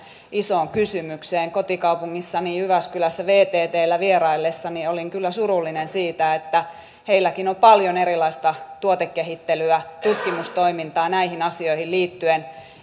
isoon kysymykseen kotikaupungissani jyväskylässä vttllä vieraillessani olin kyllä surullinen siitä että heilläkin on paljon erilaista tuotekehittelyä ja tutkimustoimintaa näihin asioihin liittyen